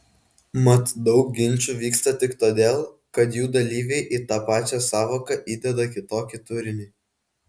mat daug ginčų vyksta tik todėl kad jų dalyviai į tą pačią sąvoką įdeda kitokį turinį